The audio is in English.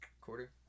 quarter